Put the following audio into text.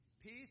Peace